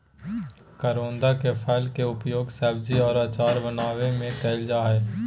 करोंदा के फल के उपयोग सब्जी और अचार बनावय में कइल जा हइ